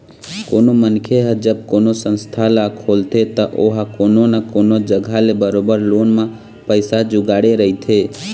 कोनो मनखे ह जब कोनो संस्था ल खोलथे त ओहा कोनो न कोनो जघा ले बरोबर लोन म पइसा जुगाड़े रहिथे